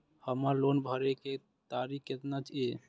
हमर लोन भरे के तारीख केतना ये?